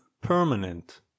permanent